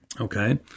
Okay